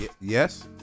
Yes